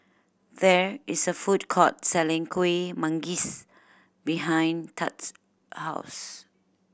there is a food court selling Kuih Manggis behind Tad's house